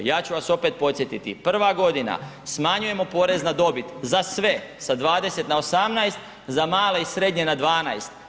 Ja ću vas opet podsjetiti, prva godina smanjujemo porez na dobit za sve sa 20 na 18, za male i srednje na 12.